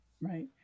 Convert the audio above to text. Right